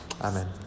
Amen